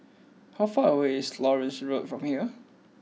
how far away is Florence Road from here